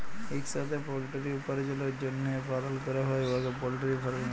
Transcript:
ইকসাথে পলটিরি উপার্জলের জ্যনহে পালল ক্যরা হ্যয় উয়াকে পলটিরি ফার্মিং ব্যলে